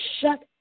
shut